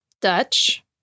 Dutch